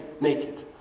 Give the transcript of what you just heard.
naked